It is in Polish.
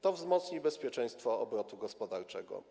To wzmocni bezpieczeństwo obrotu gospodarczego.